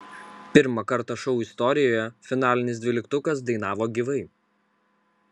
pirmą kartą šou istorijoje finalinis dvyliktukas dainavo gyvai